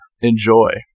Enjoy